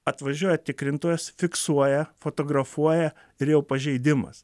atvažiuoja tikrintojas fiksuoja fotografuoja ir jau pažeidimas